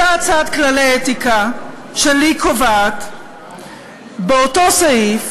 אותה הצעת כללי אתיקה שלי קובעת באותו סעיף